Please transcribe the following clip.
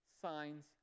signs